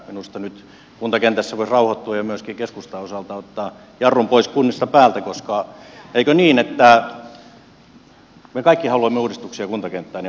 minusta kuntakentässä voisi nyt rauhoittua ja myöskin keskusta voisi osaltaan ottaa jarrun pois päältä kunnissa koska eikö niin että me kaikki haluamme uudistuksia kuntakenttään ja palvelurakennekenttään